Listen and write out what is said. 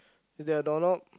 is there a door knob